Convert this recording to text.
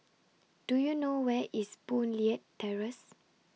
Do YOU know Where IS Boon Leat Terrace